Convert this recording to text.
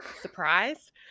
surprise